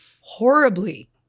horribly